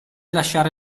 lasciare